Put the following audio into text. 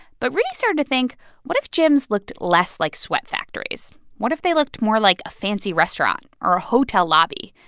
but rudy started to think what if gyms looked less like sweat factories? what if they looked more like a fancy restaurant or a hotel lobby?